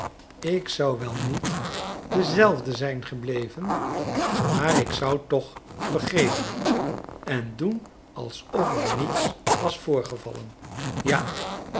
ik zou wel niet dezelfde zijn gebleven maar ik zou toch vergeven en doen alsof er niets was voorgevallen ja